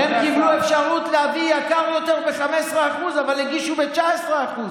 הם קיבלו אפשרות להביא מחיר גבוה יותר ב-15% אבל הגישו ב-19%,